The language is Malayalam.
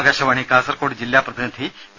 ആകാശവാണി കാസർകോട് ജില്ലാ പ്രതിനിധി പി